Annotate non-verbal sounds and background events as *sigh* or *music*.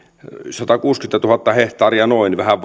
satakuusikymmentätuhatta hehtaaria noin vähän *unintelligible*